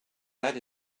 that